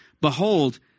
Behold